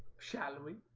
shadowy